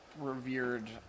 revered